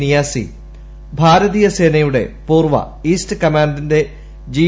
നിയാസി ഭാരതീയ സേനയുടെ പൂർവ്വ ഈസ്റ്റ് കമാണ്ടിന്റെ ജി